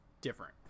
different